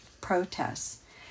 protests